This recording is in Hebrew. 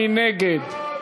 מי נגד?